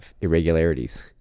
irregularities